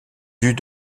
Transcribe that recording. dut